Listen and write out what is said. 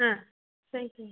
ஆ thank யூங்க